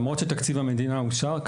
למרות שתקציב המדינה אושר,